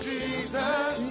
Jesus